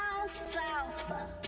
alfalfa